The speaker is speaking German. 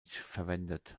verwendet